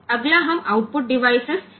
अगला हम output device में देखते हैं